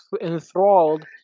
enthralled